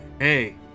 hey